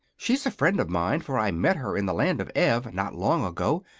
she's a friend of mine, for i met her in the land of ev, not long ago,